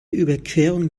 überquerung